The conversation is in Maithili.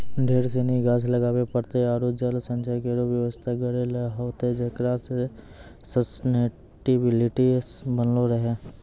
ढेर सिनी गाछ लगाबे पड़तै आरु जल संचय केरो व्यवस्था करै ल होतै जेकरा सें सस्टेनेबिलिटी बनलो रहे